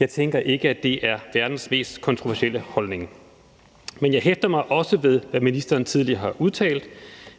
Jeg tænker ikke, at det er verdens mest kontroversielle holdning. Men jeg hæfter mig også ved, at ministeren tidligere har udtalt: